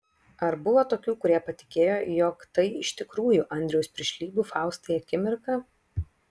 ar buvo tokių kurie patikėjo jog tai iš tikrųjų andriaus piršlybų faustai akimirka